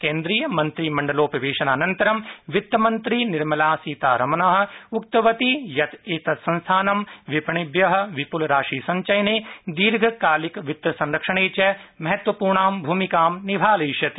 केन्द्रीयमंत्रिमण्डलो पवेशनानन्तरं वित्तमन्त्री निर्मला सीतारमनः उक्तवती यत् एतत् संस्थानं विपणिभ्यः विपुलराशि संचयने दीर्घ कालिक वित्त संरक्षणे च महत्वपूर्णां भूमिकां निभालयिष्यति